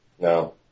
No